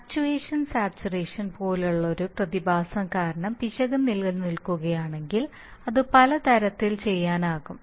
actuation saturation പോലുള്ള ഒരു പ്രതിഭാസം കാരണം പിശക് നിലനിൽക്കുകയാണെങ്കിൽ അത് പല തരത്തിൽ ചെയ്യാനാകും